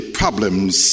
problems